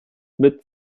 mit